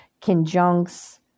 conjuncts